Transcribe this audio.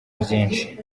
byinshi